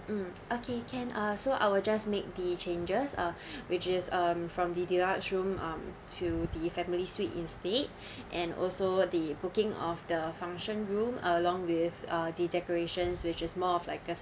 mm okay can uh so I will just make the changes uh which is um from the deluxe room um to the family suite instead and also the booking of the function room along with uh the decorations which is more of like uh